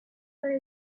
very